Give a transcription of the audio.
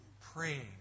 praying